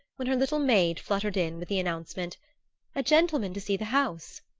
when her little maid fluttered in with the announcement a gentleman to see the house.